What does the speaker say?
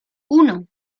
uno